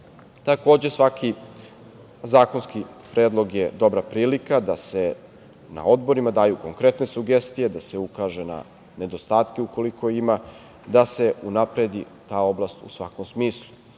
plenumu. Takođe, svaki zakonski predlog je dobra prilika da se na odborima daju konkretne sugestije, da se ukaže na nedostatak ukoliko ima da se unapredi ta oblast u svakom smislu. Sa